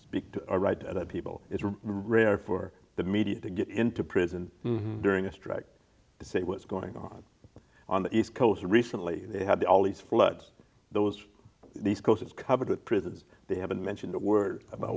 speak to the right people it's rare for the media to get into prison during a strike to say what's going on on the east coast recently they had all these floods those these close it's covered with prisons they haven't mentioned a word about